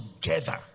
together